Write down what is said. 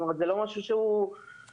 זה לא משהו שהוא מגיע.